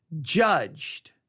judged